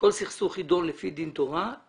מדבר על סמכויות המפקח לדרוש עובדות וראיות.